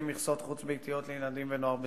350 מכסות חוץ-ביתיות לילדים ונוער בסיכון.